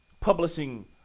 publishing